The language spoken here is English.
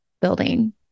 Building